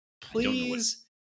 Please